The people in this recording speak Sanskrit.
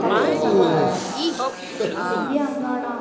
तत्र सः दिव्य अङ्गानां